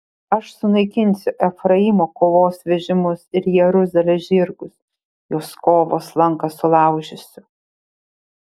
aš sunaikinsiu efraimo kovos vežimus ir jeruzalės žirgus jos kovos lanką sulaužysiu